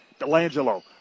Delangelo